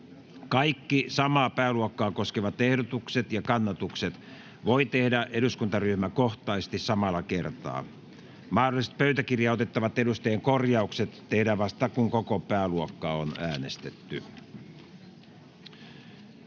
Kaikki samaa pääluokkaa koskevat ehdotukset ja kannatukset voi tehdä eduskuntaryhmäkohtaisesti samalla kertaa. Mahdolliset pöytäkirjaan otettavat edustajien korjaukset tehdään vasta, kun koko pääluokka on äänestetty.